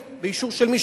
באישור של מי?